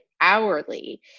hourly